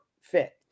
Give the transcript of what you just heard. fit